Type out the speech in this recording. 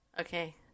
Okay